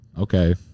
Okay